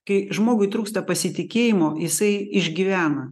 kai žmogui trūksta pasitikėjimo jisai išgyvena